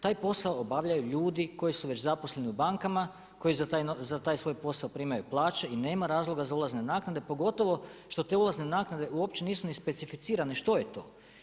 Taj posao obavljaju ljudi koji su već zaposleni u bankama, koji za taj svoj posao primaju plaće i nema razloga za ulazne naknade, pogotovo što te ulazne naknade uopće nisu ni specificirani što je to.